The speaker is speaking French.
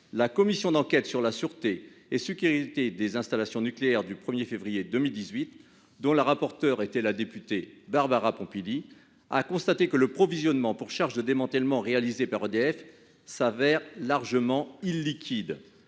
la commission d'enquête sur la sûreté et la sécurité des installations nucléaires créée le 1 février 2018, dont la rapporteure était la députée Barbara Pompili, a constaté que le provisionnement pour charge de démantèlement réalisé par EDF se révèle largement « illiquide